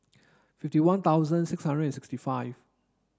fifty one thousand six hundred and sixty five